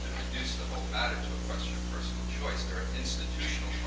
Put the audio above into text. reduce the whole matter to a question of personal choice. there are institutional